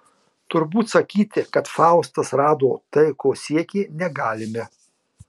turbūt sakyti kad faustas rado tai ko siekė negalime